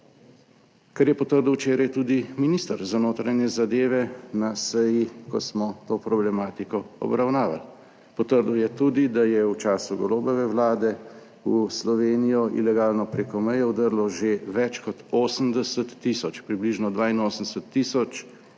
kar je potrdil včeraj tudi minister za notranje zadeve na seji, ko smo to problematiko obravnavali. Potrdil je tudi, da je v času Golobove vlade v Slovenijo ilegalno preko meje vdrlo že več kot 80 tisoč, približno 82 tisoč